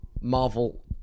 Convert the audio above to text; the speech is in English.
Marvel